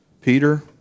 Peter